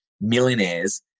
millionaires